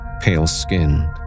pale-skinned